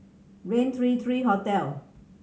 Rain three three Hotel